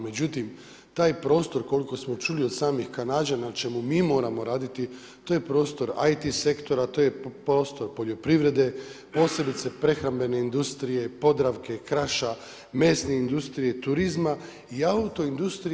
Međutim, taj prostor koliko smo čuli od samih Kanađana na čemu mi moramo raditi to je prostor IT sektora, to je prostor poljoprivrede posebice prehrambene industrije, Podravke, Kraša, mesne industrije, turizma i autoindustrije.